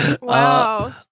Wow